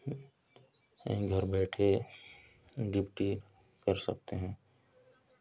यहीं घर बैठे ड्यूटी कर सकते हैं